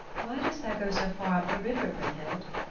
why dost thou go so far up the river, brynhild?